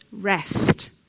rest